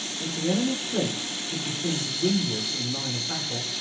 if the enemy's fleet should be seen to windward in line of battle,